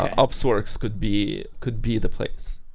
opsworks could be could be the plates.